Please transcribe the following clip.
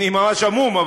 אני ממש המום,